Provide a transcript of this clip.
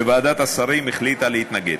וועדת השרים החליטה להתנגד.